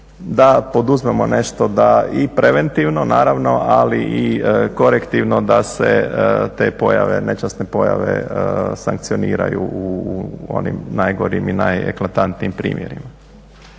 da poduzmemo nešto da i preventivno naravno, ali i korektivno da se te pojave, nečasne pojave sankcioniraju u onim najgorim i najeklatantnijim primjerima.